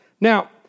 Now